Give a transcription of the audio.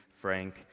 Frank